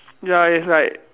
ya it's like